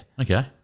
Okay